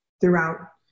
throughout